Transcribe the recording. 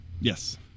Yes